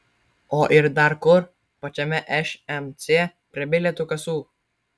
o ir dar kur pačiame šmc prie bilietų kasų